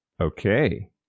Okay